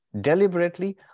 deliberately